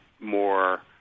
more